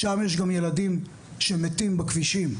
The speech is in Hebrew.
שם יש גם ילדים שמתים בכבישים,